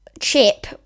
chip